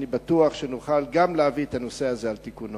אני בטוח שנוכל להביא גם את הנושא הזה על תיקונו.